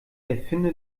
erfinde